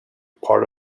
part